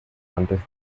antes